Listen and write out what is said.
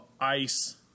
ice